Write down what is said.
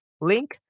link